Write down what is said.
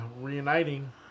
reuniting